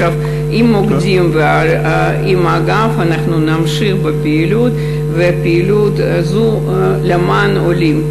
עם המוקדים ועם האגף אנחנו נמשיך בפעילות למען עולים,